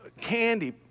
candy